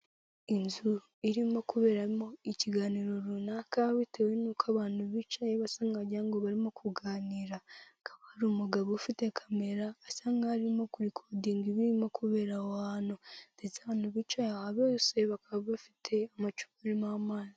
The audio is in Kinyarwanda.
inzu irimo kuberamo ikiganiro runaka bitewe n'uko abantu bicaye basangan ngo barimo kuganira akaba ari umugabo ufite kamera asa nkho arimo ku recording ibiri kubera aho hantu ndetse abantu bicaye ahabe bakaba bafite amacuparimo amazi.